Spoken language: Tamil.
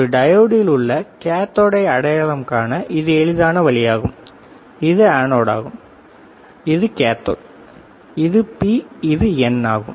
ஒரு டையோடில் உள்ள கேத்தோடை அடையாளம் காண இது எளிதான வழியாகும் இது அனோட் ஆகும் இது கேத்தோட் இது பி இது என் ஆகும்